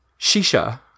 Shisha